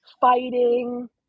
fighting